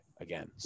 again